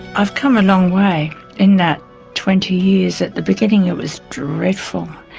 i've come a long way in that twenty years. at the beginning it was dreadful,